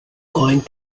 going